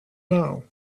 now